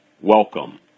welcome